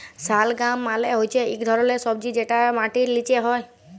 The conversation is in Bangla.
শালগাম মালে হচ্যে ইক ধরলের সবজি যেটা মাটির লিচে হ্যয়